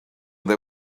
they